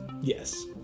Yes